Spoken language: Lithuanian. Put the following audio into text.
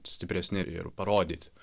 stipresni ir parodyt